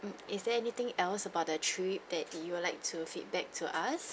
mm is there anything else about the trip that you would like to feedback to us